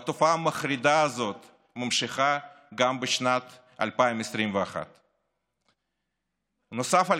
התופעה המחרידה הזאת ממשיכה גם בשנת 2021. נוסף על